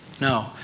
no